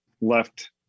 left